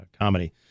Comedy